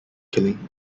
killing